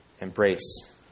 embrace